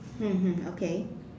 mm mm okay